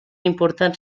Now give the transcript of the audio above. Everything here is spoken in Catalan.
important